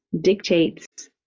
dictates